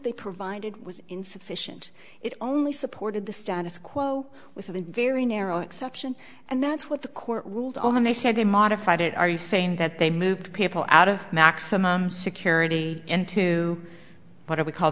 they provided was insufficient it only supported the status quo with a very narrow exception and that's what the court ruled on and they said they modified it are you saying that they moved people out of maximum security into what we call